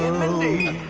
ah mindy